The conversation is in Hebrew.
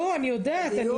אני יודעת.